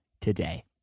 today